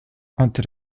entre